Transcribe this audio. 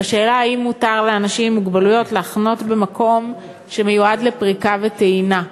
בשאלה אם מותר לאנשים עם מוגבלויות לחנות במקום שמיועד לפריקה וטעינה.